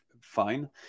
fine